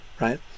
right